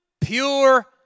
pure